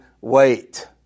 wait